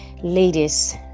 Ladies